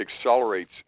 accelerates